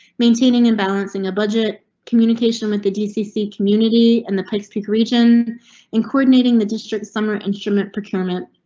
maintaining and balancing a budget communication with the gcc community and the pikes peak region in coordinating the district summer instrument procurement.